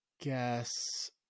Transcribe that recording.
guess